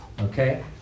okay